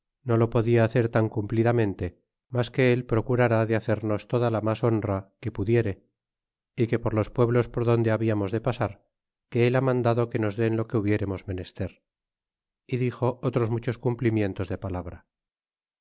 no lo podia hacer tan cumplidamente mas que ül procurará de hacernos toda la mas honra que pudiere y que por los pueblos por donde habiamos de pasar que el ha mandado que nos den lo que hubiéremos menester é dixo ohms muchos cumplimientos de palabra